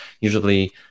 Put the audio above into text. usually